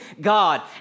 God